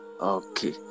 Okay